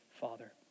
Father